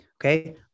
Okay